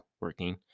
working